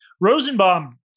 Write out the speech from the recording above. Rosenbaum